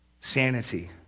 Sanity